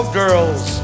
girls